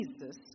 Jesus